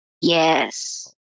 yes